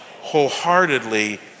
wholeheartedly